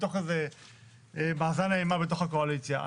מתוך איזה מאזן אימה בתוך הקואליציה.